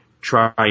try